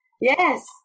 Yes